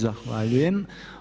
Zahvaljujem.